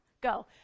go